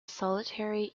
solitary